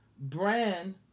brand